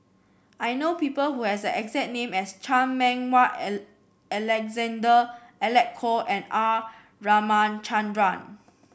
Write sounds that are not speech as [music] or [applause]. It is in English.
I know people who have the exact name as Chan Meng Wah [unintelligible] Alexander Alec Kuok and R Ramachandran